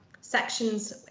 sections